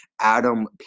Adam